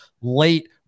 late